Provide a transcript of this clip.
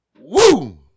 Woo